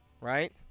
Right